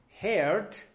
heard